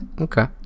Okay